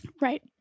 Right